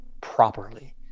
properly